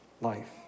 life